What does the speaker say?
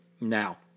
now